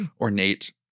ornate